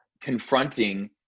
confronting